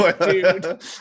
dude